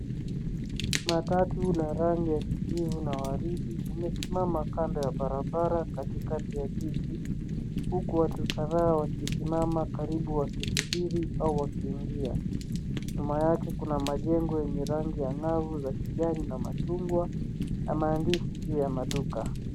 Matatu la rangi ya kijivu na waridi limesimama kando ya barabara katikati ya jiji huku watu kadhaa wakisimama kando wakisubiri au wakiingua. Nyuma yake kuna majengo yenye rangi angavu za kijani na machungwa na maandishi juu ya maduka.